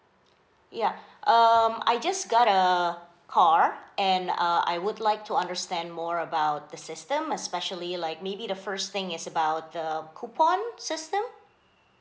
ya um I just got a car and uh I would like to understand more about the system especially like maybe the first thing is about the coupon system